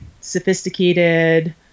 sophisticated